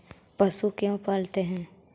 पशु क्यों पालते हैं?